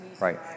Right